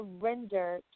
surrender